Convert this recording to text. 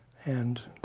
and